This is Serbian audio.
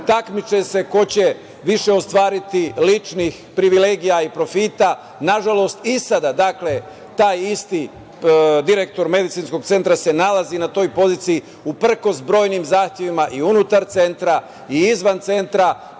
takmiče se ko će više ostvariti ličnih privilegija i profita. Nažalost, i sada, taj isti direktor Medicinskog centra se nalazi na toj poziciji, uprkos brojnim zahtevima i unutar centra i izvan centra.